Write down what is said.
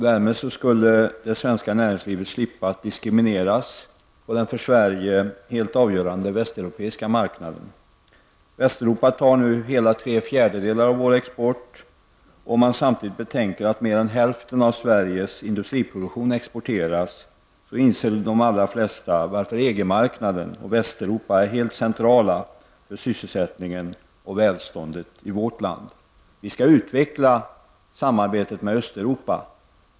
Därmed skulle det svenska näringslivet slippa att diskrimineras på den för Sverige helt avgörande västeuropeiska marknaden. Västeuropa tar nu hela tre fjärdedelar av vår export. Om man samtidigt betänker att mer än hälften av Sveriges industriproduktion exporteras, inser de allra flesta varför EG-marknaden och Västeuropa är helt centrala för sysselsättningen och välståndet i vårt land. Vi skall utveckla samarbetet med Östeuropa.